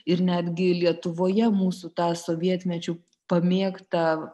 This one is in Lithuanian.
ir netgi lietuvoje mūsų tą sovietmečiu pamėgtą